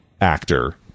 actor